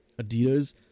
Adidas